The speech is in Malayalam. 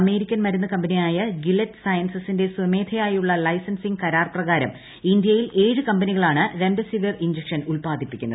അമേരിക്കൻ മരുന്ന് കമ്പനിയായ ഗിലഡ് സയൻസസിന്റെ സ്വമേധയായുള്ള ലൈസൻസിങ് കരാർ പ്രകാരം ഇന്ത്യയിൽ ഏഴ് കമ്പനികളാണ് റംഡെസിവിർ ഇൻജക്ഷൻ ഉത്പാദിപ്പിക്കുന്നത്